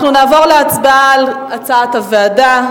אנחנו נעבור להצבעה על סעיף 1 כהצעת הוועדה.